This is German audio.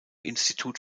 institut